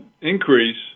increase